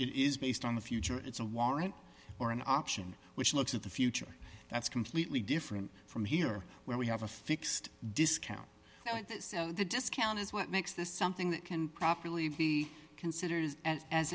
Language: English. is based on the future it's a warrant or an option which looks at the future that's completely different from here where we have a fixed discount so the discount is what makes this something that can properly be considered as